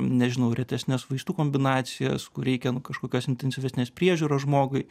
nežinau retesnes vaistų kombinacijas kur reikia kažkokios intensyvesnės priežiūros žmogui